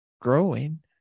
growing